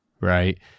Right